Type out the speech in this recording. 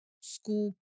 school